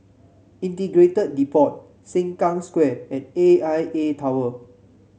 Integrated Depot Sengkang Square and A I A Tower